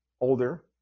older